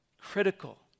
Critical